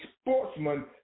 sportsman